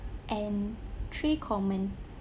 and three common